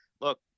look